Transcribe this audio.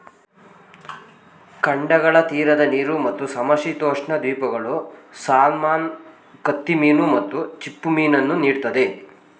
ಖಂಡಗಳ ತೀರದ ನೀರು ಮತ್ತು ಸಮಶೀತೋಷ್ಣ ದ್ವೀಪಗಳು ಸಾಲ್ಮನ್ ಕತ್ತಿಮೀನು ಮತ್ತು ಚಿಪ್ಪುಮೀನನ್ನು ನೀಡ್ತದೆ